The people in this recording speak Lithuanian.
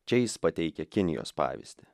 čia jis pateikia kinijos pavyzdį